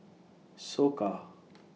Soka